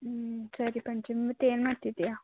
ಹ್ಞೂ ಸರಿ ಪಂಚಮಿ ಮತ್ತೆ ಏನು ಮಾಡ್ತಿದ್ದಿಯಾ